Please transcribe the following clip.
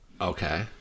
Okay